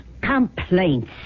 Complaints